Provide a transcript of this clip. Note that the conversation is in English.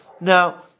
Now